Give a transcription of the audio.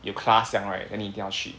有 class 这样 right then 你一定要去